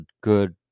good